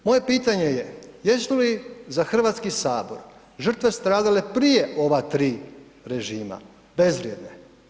Moje pitanje je, jesu li za hrvatski sabor žrtve stradale prije ova tri režima bezvrijedne?